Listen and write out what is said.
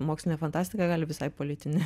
mokslinė fantastika gali visai politinė